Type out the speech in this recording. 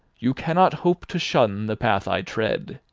you cannot hope to shun the path i tread.